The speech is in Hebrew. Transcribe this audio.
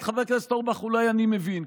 את חבר הכנסת אורבך אולי אני מבין,